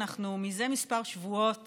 אנחנו מזה כמה שבועות